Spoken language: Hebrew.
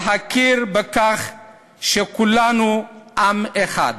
להכיר בכך שכולנו עם אחד.